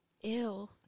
Ew